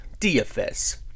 DFS